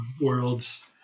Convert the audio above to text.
worlds